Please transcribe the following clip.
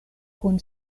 kun